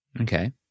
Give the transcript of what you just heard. Okay